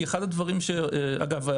אגב,